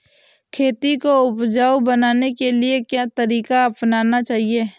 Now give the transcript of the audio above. खेती को उपजाऊ बनाने के लिए क्या तरीका अपनाना चाहिए?